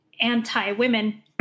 anti-women